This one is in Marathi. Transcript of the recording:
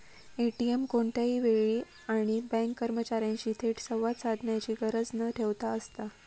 ए.टी.एम कोणत्याही वेळी आणि बँक कर्मचार्यांशी थेट संवाद साधण्याची गरज न ठेवता असता